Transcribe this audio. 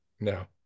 No